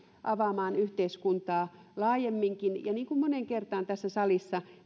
avaamaan yhteiskuntaa laajemminkin kannustan edelleen niin kuin moneen kertaan tässä salissa